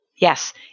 Yes